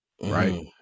right